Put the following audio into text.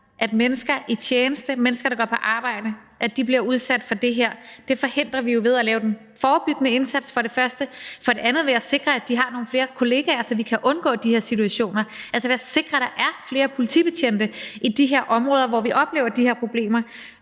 at mennesker i tjeneste, mennesker, der går på arbejde, bliver udsat for det her, er for det første ved at lave den forebyggende indsats og for det andet ved at sikre, at de har nogle flere kollegaer, så vi kan undgå de her situationer, altså ved at sikre, at der er flere politibetjente i de områder, hvor vi oplever de her problemer